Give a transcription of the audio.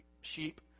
sheep